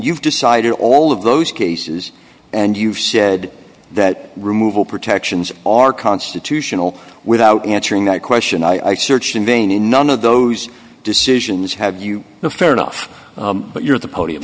you've decided all of those cases and you've said that removal protections are constitutional without answering that question i searched in vain in none of those decisions have you know fair enough but you're at the podium